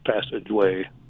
passageway